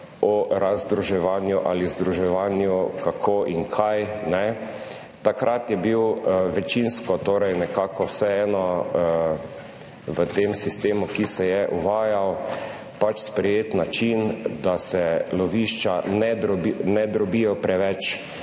o razdruževanju ali združevanju, kako in kaj. Takrat je bil večinsko torej nekako vseeno v tem sistemu, ki se je uvajal, sprejet način, da se lovišča ne drobijo preveč.